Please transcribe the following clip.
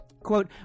Quote